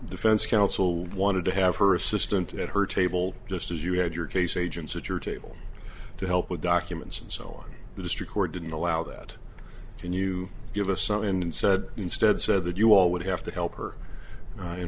defense counsel wanted to have her assistant at her table just as you had your case agents at your table to help with documents and so on the district court didn't allow that can you give us some and said instead said that you all would have to help her in